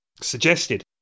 suggested